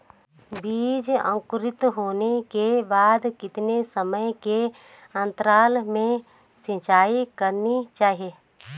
बीज अंकुरित होने के बाद कितने समय के अंतराल में सिंचाई करनी चाहिए?